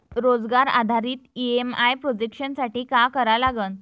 रोजगार आधारित EMI projection साठी का करा लागन?